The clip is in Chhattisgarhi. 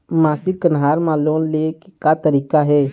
मासिक कन्हार म लोन ले के का तरीका हे?